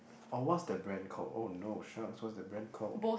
or what's the brand called oh no sharks what's the brand called